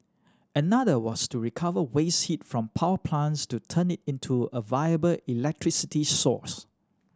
another was to recover waste heat from power plants to turn it into a viable electricity source